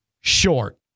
short